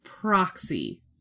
proxy